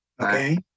Okay